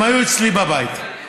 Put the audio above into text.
והם היו אצלי בבית,